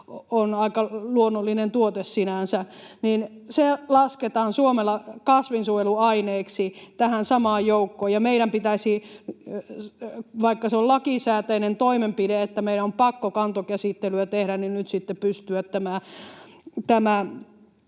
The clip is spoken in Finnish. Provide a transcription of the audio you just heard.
on, aika luonnollinen tuote sinänsä — lasketaan Suomelle kasvinsuojeluaineeksi tähän samaan joukkoon. Ja meidän pitäisi — vaikka se on lakisääteinen toimenpide, että meidän on pakko kantokäsittelyä tehdä — nyt sitten pystyä tämä